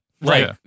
Right